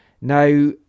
Now